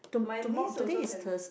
my niece also have